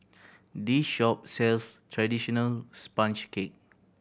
this shop sells traditional sponge cake